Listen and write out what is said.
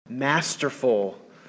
masterful